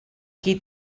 qui